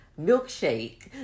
milkshake